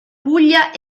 puglia